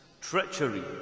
treachery